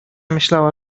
myślała